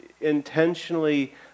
intentionally